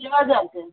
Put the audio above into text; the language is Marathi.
केव्हा जायचं आहे